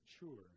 mature